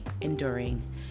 enduring